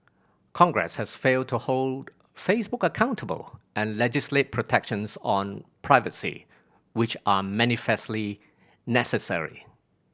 congress has failed to hold Facebook accountable and legislate protections on privacy which are manifestly necessary